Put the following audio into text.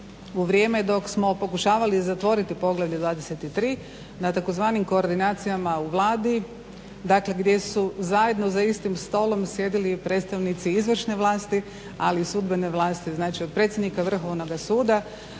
u vrijeme dok smo pokušavali zatvoriti Poglavlje 23. na tzv. koordinacijama u Vladi, dakle gdje su zajedno za istim stolom sjedili predstavnici izvršne vlasti, ali i sudbene vlasti. Znači od predsjednika Vrhovnoga suda,